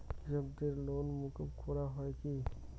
কৃষকদের লোন মুকুব করা হয় কি?